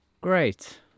great